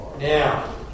Now